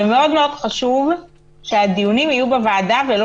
ומאוד-מאוד חשוב שהדיונים יהיו בוועדה ולא